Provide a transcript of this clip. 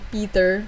Peter